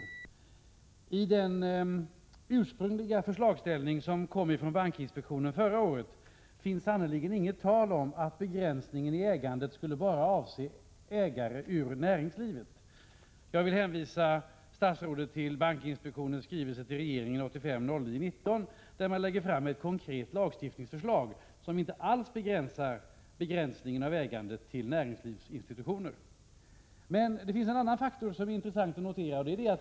I det ursprungliga uttalandet från bankinspektionen förra året finns inget tal om att begränsningen i ägandet bara skulle avse ägare ur näringslivet. Jag vill hänvisa statsrådet till bankinspektionens skrivelse till regeringen den 19 september 1985, där man lägger fram ett konkret lagstiftningsförslag som inte alls inskränker begränsningen av ägandet till att gälla näringslivsinstitutioner. Det finns också en annan faktor som är intressant att notera.